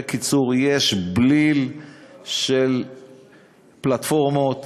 בקיצור, יש בליל של פלטפורמות